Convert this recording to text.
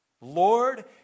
Lord